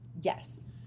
yes